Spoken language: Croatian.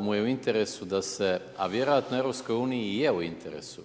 mu je u interesu da se, a vjerojatno EU i je u interesu